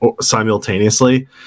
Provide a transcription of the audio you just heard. simultaneously